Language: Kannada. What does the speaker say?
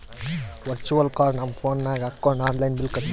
ವರ್ಚುವಲ್ ಕಾರ್ಡ್ ನಮ್ ಫೋನ್ ನಾಗ್ ಹಾಕೊಂಡ್ ಆನ್ಲೈನ್ ಬಿಲ್ ಕಟ್ಟಬೋದು